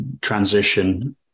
transition